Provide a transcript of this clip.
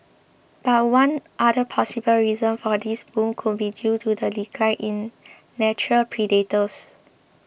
but one other possible reason for this boom could be due to the decline in natural predators